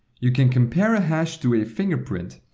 you can compare a hash to a fingerprint.